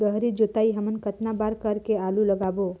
गहरी जोताई हमन कतना बार कर के आलू लगाबो?